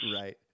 Right